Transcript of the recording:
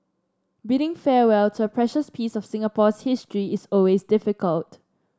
bidding farewell to a precious piece of Singapore's history is always difficult